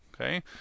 okay